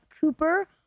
Cooper